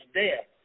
death